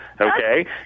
Okay